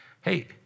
Hey